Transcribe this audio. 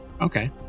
Okay